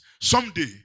Someday